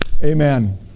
Amen